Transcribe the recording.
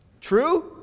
True